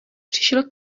přišel